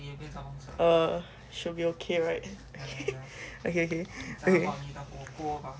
eh should be okay right okay okay